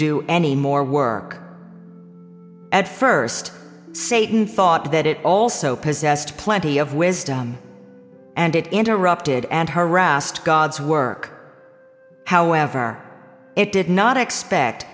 do any more work at first satan thought that it also possessed plenty of wisdom and it interrupted and harassed god's work however it did not expect